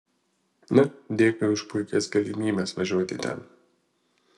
na dėkui už puikias galimybės važiuoti ten